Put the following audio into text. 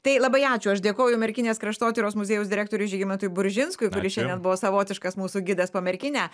tai labai ačiū aš dėkoju merkinės kraštotyros muziejaus direktoriui žygimantui buržinskui kuris šiandien buvo savotiškas mūsų gidas po merkinę